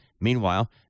Meanwhile